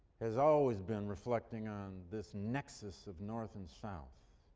has always been reflecting on this nexus of north and south.